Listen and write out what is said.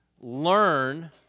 learn